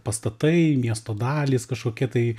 pastatai miesto dalys kažkokie tai